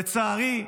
לצערי,